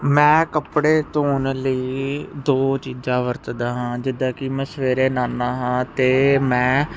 ਮੈਂ ਕੱਪੜੇ ਧੋਣ ਲਈ ਦੋ ਚੀਜ਼ਾਂ ਵਰਤਦਾ ਹਾਂ ਜਿੱਦਾਂ ਕਿ ਮੈਂ ਸਵੇਰੇ ਨਹਾਨਾ ਹਾਂ ਅਤੇ ਮੈਂ